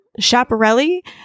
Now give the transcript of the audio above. Chaparelli